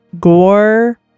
Gore